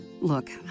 Look